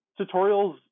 tutorials